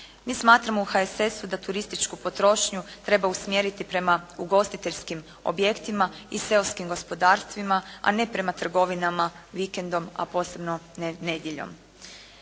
Mi smatramo u HSS-u da turističku potrošnju treba usmjeriti prema ugostiteljskim objektima i seoskim gospodarstvima, a ne prema trgovinama vikendom, a posebno ne nedjeljom.